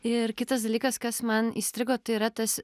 ir kitas dalykas kas man įstrigo tai yra tas